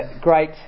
great